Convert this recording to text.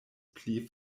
pli